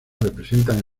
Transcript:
representan